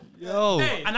Yo